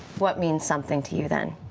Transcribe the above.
what means something to you then,